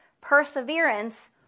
perseverance